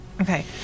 Okay